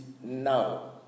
now